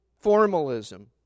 formalism